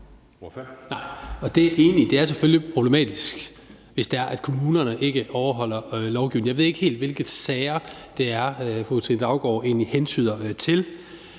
er problematisk, hvis kommunerne ikke overholder lovgivningen. Jeg ved ikke helt, hvilke sager det er, fru Katrine Daugaard egentlig hentyder til.